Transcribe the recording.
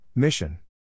Mission